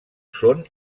són